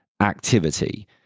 activity